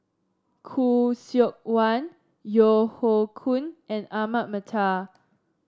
Khoo Seok Wan Yeo Hoe Koon and Ahmad Mattar